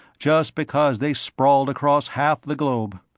just because they sprawled across half the globe.